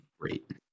Great